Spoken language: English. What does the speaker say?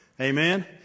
amen